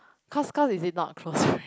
cause cause is it not close friend